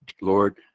Lord